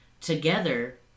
together